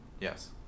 Yes